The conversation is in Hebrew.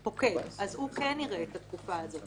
צה"ל, אכ"א כן יראו את התקופה הזאת.